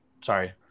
Sorry